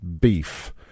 Beef